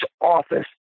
office